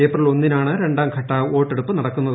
April ഒന്നിനാണ് രണ്ടാം ഘട്ട വോട്ടെടുപ്പ് നടക്കുന്നത്